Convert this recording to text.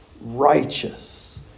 righteous